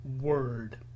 word